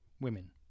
women